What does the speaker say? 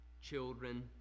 children